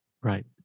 Right